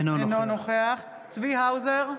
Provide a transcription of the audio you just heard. אינו נוכח צבי האוזר,